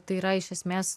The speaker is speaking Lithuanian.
tai yra iš esmės